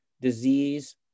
disease